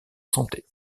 santé